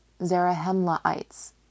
Zarahemlaites